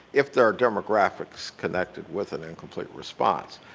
if there are demographics connected with and and complete response.